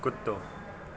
कुतो